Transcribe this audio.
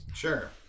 Sure